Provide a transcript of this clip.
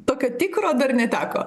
tokio tikro dar neteko